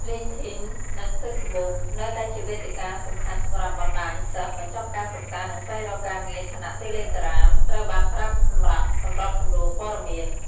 លីង ធីន LinkedIn និង ហ្វេសប៊ុក Facebook នៅតែជាវេទិកាសំខាន់សម្រាប់បណ្តាញសិស្សបញ្ចប់ការសិក្សា និងស្វែងរកការងារ ខណៈ តេឡេក្រាម Telegram ត្រូវបានប្រើសម្រាប់សម្របសម្រួលព័ត៌មាន។